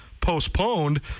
postponed